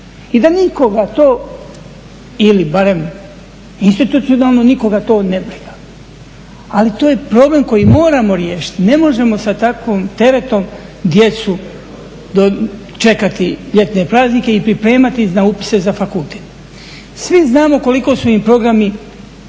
i da nikoga to ili barem institucionalno nikoga to ne briga. Ali to je problem koji moramo riješiti, ne možemo sa takvim teretom djeca dočekati ljetne praznike i pripremati se na upise za fakultet. Svi znamo koliko su im programi